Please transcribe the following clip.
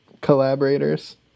collaborators